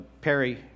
Perry